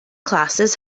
classes